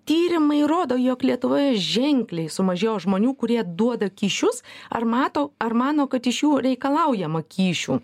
tyrimai rodo jog lietuvoje ženkliai sumažėjo žmonių kurie duoda kyšius ar mato ar mano kad iš jų reikalaujama kyšių